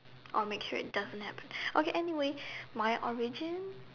or make sure it doesn't happens okay anyway my origin